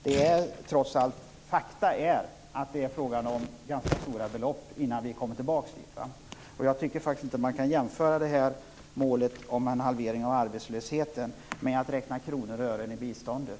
Det är faktiskt fråga om ganska stora belopp för att återkomma till enprocentsmålet. Jag menar att det inte går att jämföra målet om en halvering av arbetslösheten med att räkna kronor och ören i biståndet.